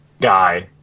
guy